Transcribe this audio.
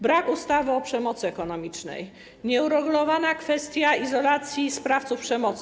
Brak ustawy o przemocy ekonomicznej, nieuregulowana kwestia izolacji sprawców przemocy.